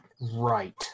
right